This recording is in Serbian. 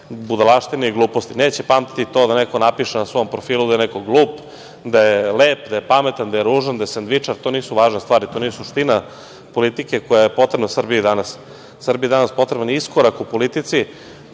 budalaštine i gluposti. Neće pamtiti to da neko napiše na svom profilu da je neko glup, lep, pametan, ružan, sendvičar, to nisu važne stvari, to nije suština politike koja je potrebna Srbiji danas. Srbiji je danas potreban iskorak u politici,